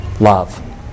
love